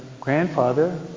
grandfather